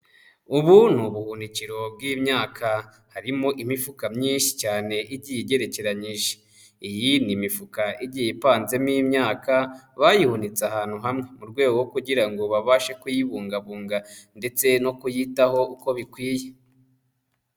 Ubu ni ubuhunikiro bw'imyaka, harimo imifuka myinshi cyane igiye igerekeranyije, iyi ni imifuka igiye ipanzemo imyaka, bayihunitse ahantu hamwe mu rwego rwo kugira ngo babashe kuyibungabunga ndetse no kuyitaho uko bikwiye.